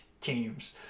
teams